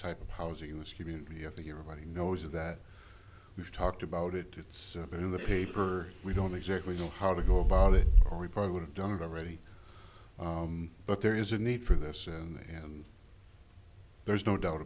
type of housing in this community i think everybody knows that we've talked about it it's been in the paper we don't exactly know how to go about it or we probably would have done it already but there is a need for this and there's no doubt